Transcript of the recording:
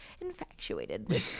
infatuated